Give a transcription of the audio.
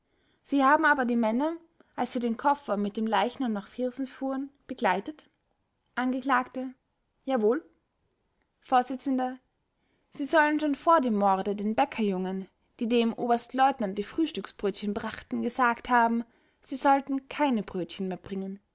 sie haben aber die männer als sie den koffer mit dem leichnam nach viersen fuhren begleitet angekl jawohl vors sie sollen schon vor dem morde den bäckerjungen die dem oberstleutnant die frühstücksbrötchen brachten gesagt haben sie sollten keine brötchen mehr bringen